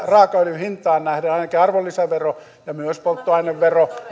raakaöljyn hintaan nähden ainakin arvonlisävero ja myös polttoainevero